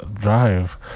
drive